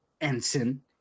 Ensign